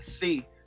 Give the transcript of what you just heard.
see